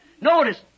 Notice